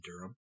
Durham